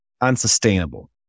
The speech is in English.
unsustainable